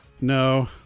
No